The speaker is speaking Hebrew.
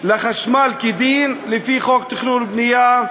לחשמל כדין, לפי חוק תכנון ובנייה,